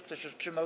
Kto się wstrzymał?